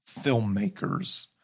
filmmakers